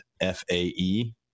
f-a-e